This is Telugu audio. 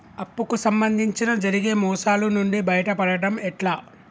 అప్పు కు సంబంధించి జరిగే మోసాలు నుండి బయటపడడం ఎట్లా?